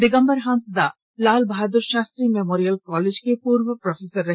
Digambar Hansda Lal Bahadur Shastri memorial college के पूर्व professor रहे